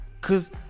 Cause